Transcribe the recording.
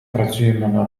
працюємо